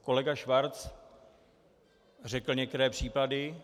Kolega Schwarz řekl některé příklady.